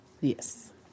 yes